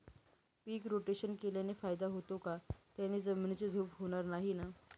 पीक rotation केल्याने फायदा होतो का? त्याने जमिनीची धूप होणार नाही ना?